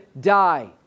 die